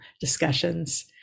discussions